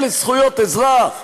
אלה זכויות אזרח?